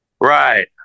right